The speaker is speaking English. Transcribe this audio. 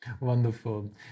Wonderful